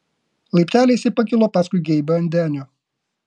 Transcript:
laipteliais ji pakilo paskui geibą ant denio